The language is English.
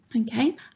Okay